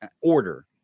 order